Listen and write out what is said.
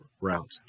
route